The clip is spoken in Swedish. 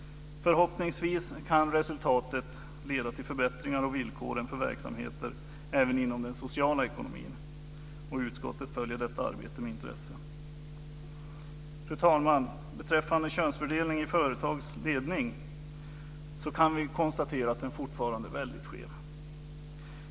Förhoppningsvis kan resultatet leda till förbättringar av villkoren för verksamheter även inom den sociala ekonomin. Utskottet följer detta arbete med intresse. Fru talman! Vi kan konstatera att könsfördelningen i företagens ledning fortfarande är väldigt skev.